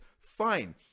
fine